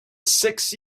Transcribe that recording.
six